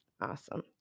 awesome